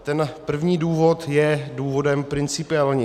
Ten první důvod je důvod principiální.